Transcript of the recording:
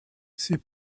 ses